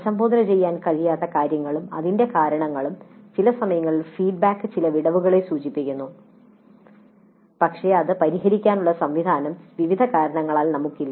അഭിസംബോധന ചെയ്യാൻ കഴിയാത്ത കാര്യങ്ങളും അതിന്റെ കാരണങ്ങളും ചില സമയങ്ങളിൽ ഫീഡ്ബാക്ക് ചില വിടവുകളെ സൂചിപ്പിക്കുന്നു പക്ഷേ അത് പരിഹരിക്കാനുള്ള സംവിധാനം വിവിധ കാരണങ്ങളാൽ നമുക്കില്ല